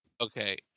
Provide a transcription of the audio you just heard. Okay